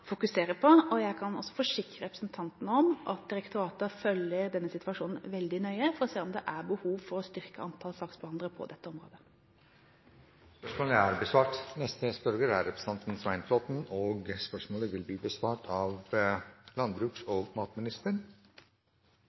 på. Jeg kan også forsikre representanten om at direktoratet følger denne situasjonen veldig nøye for å se om det er behov for å styrke antall saksbehandlere på dette området. Spørsmålet til landbruks- og matministeren er slik: «Ifølge en forskningsrapport fra AgriAnalyse kommer både melkeproduksjon og sauebruk ut med store tap med dagens inntjening i landbruket og